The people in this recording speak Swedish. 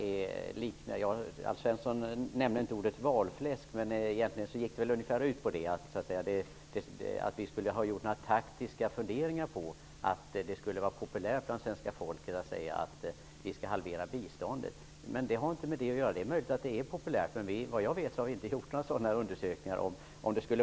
Alf Svensson nämnde inte ordet valfläsk, men egentligen gick väl resonemanget ut på det. Resonemanget handlade om att vi skulle ha haft några taktiska funderingar på att det skulle vara populärt hos svenska folket att säga att vi skall halvera biståndet. Detta har inte med det att göra. Det är möjligt att det är populärt, men vad jag vet har vi inte undersökt det.